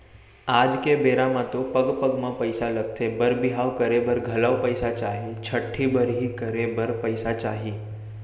आज के बेरा म तो पग पग म पइसा लगथे बर बिहाव करे बर घलौ पइसा चाही, छठ्ठी बरही करे बर पइसा चाही